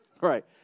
Right